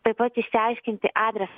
taip pat išsiaiškinti adresą